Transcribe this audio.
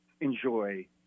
enjoy